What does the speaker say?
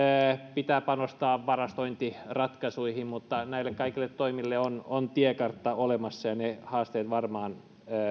pitää panostaa varastointiratkaisuihin mutta näille kaikille toimille on on tiekartta olemassa ja ne haasteet varmaan